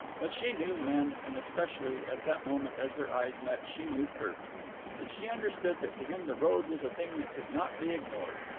but she knew men, and especially, at that moment as their eyes met, she knew kirk and she understood that to him the road was a thing that could not be ignored.